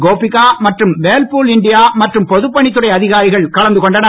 கோபிகா மற்றும் Whirlpool India மற்றும் பொதுப்பணித் துறை அதிகாரிகள் கலந்துகொண்டனர்